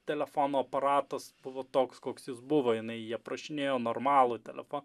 telefono aparatas buvo toks koks jis buvo jinai jį aprašinėjo normalų telefoną